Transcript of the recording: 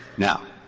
now,